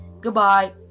Goodbye